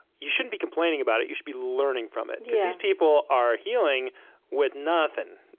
you shouldn't be complaining about it. you should be learning from it, because these people are healing with nothing.